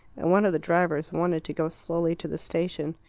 and one of the drivers wanted to go slowly to the station.